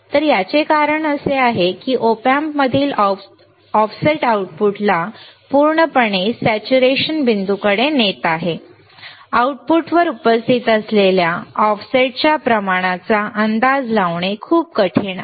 तर याचे कारण असे आहे की या Op Amp मधील ऑफसेट आउटपुटला पूर्णपणे सेच्युरेशन संतृप्त बिंदूकडे नेत आहे आउटपुटवर उपस्थित असलेल्या ऑफसेटच्या प्रमाणाचा अंदाज लावणे खूप कठीण आहे